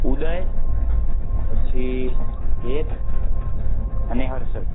ઉદય પછી હેત અને હર્ષદ